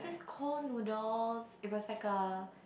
cold noodles it was like a